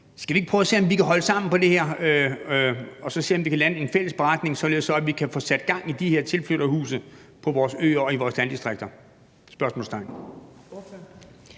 Skal vi ikke prøve at se, om vi kan holde sammen på det her, og se, om vi kan lande en fælles beretning, således at vi kan få sat gang i de her tilflytterhuse på vores øer og i vores landdistrikter? Kl.